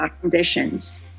conditions